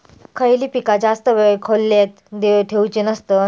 खयली पीका जास्त वेळ खोल्येत ठेवूचे नसतत?